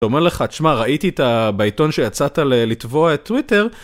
הוא אומר לך, תשמע, ראיתי את אה בעיתון שיצאת לטבוע את טוויטר.